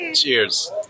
Cheers